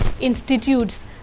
institutes